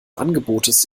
angebotes